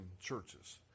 churches